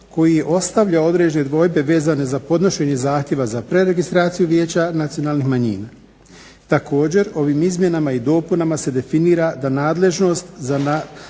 koji ostavlja određene dvojbe vezane za podnošenje zahtjeva za preregistraciju vijeća nacionalnih manjina. Također, ovim izmjenama i dopunama se definira da nadležnost za nadzor